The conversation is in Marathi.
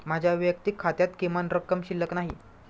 माझ्या वैयक्तिक खात्यात किमान रक्कम शिल्लक नाही